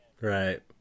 Right